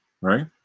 right